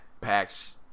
Packs